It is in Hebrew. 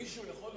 מישהו יכול,